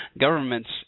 governments